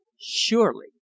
surely